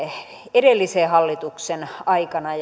edellisen hallituksen aikana